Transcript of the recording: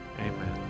Amen